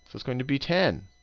so it's going to be ten.